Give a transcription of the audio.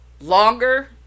longer